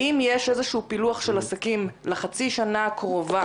האם יש איזשהו פילוח של העסקים לחצי השנה הקרובה